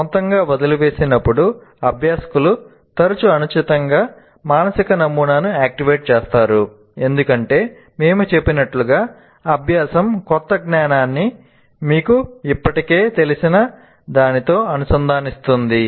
సొంతంగా వదిలివేసినప్పుడు అభ్యాసకులు తరచూ అనుచితమైన మానసిక నమూనాను యాక్టివేట్ చేస్తారు ఎందుకంటే మేము చెప్పినట్లుగా అభ్యాసం క్రొత్త జ్ఞానాన్ని మీకు ఇప్పటికే తెలిసిన దానితో అనుసంధానిస్తుంది